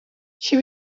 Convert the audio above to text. she